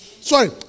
sorry